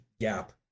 gap